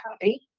happy